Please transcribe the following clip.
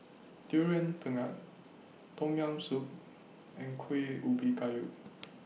Durian Pengat Tom Yam Soup and Kueh Ubi Kayu